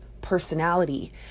personality